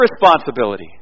responsibility